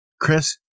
Chris